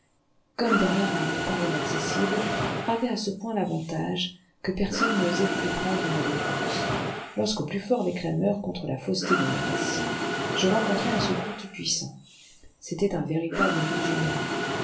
comme derrière un rempart inaccessible avaient à ce point l'avantage que personne n'osait plus prendre ma défense lorsqu'au plus fort des clameurs contre la fausseté de mon récit je rencontrai un secours tout-puissant c'était un vénérable musulman